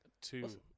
two